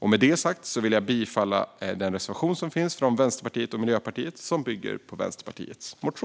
Med detta vill jag yrka bifall till den reservation som finns från Vänsterpartiet och Miljöpartiet, som bygger på Vänsterpartiets motion.